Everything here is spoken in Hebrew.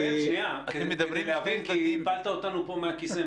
זאב, צריך להבין כי הפלת אותנו פה מהכיסא.